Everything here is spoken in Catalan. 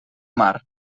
mar